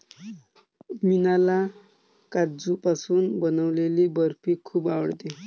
मीनाला काजूपासून बनवलेली बर्फी खूप आवडते